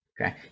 okay